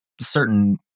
certain